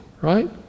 right